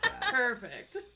Perfect